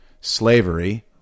slavery